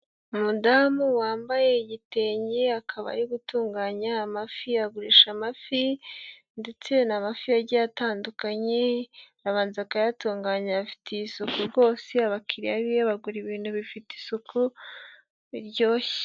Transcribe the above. Umudamu wambaye igitenge, akaba ari gutunganya amafi, agurisha amafi ndetse ni amafi agiye atandukanye, arabanza akayatunganya, afite isuku rwose, abakiriya be bagura ibintu bifite isuku, biryoshye.